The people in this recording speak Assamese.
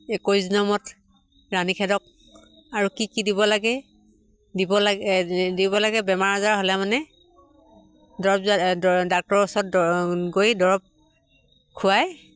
একৈশ দিনৰ মূৰত ৰাণীখদক আৰু কি কি দিব লাগে দিব লাগে দিব লাগে বেমাৰ আজাৰ হ'লে মানে দৰৱ ডাক্তৰ ওচৰত গৈ দৰৱ খুৱাই